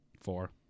Four